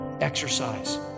Exercise